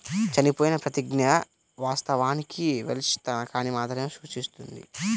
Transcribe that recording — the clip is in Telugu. చనిపోయిన ప్రతిజ్ఞ, వాస్తవానికి వెల్ష్ తనఖాని మాత్రమే సూచిస్తుంది